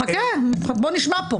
חכה, עוד לא שמענו.